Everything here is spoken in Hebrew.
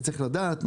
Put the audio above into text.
וצריך לדעת,